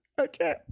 okay